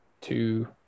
two